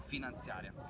finanziaria